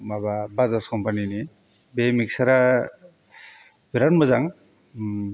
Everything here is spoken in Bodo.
माबा बाजाज कम्पानिनि बे मिक्सारा बिराद मोजां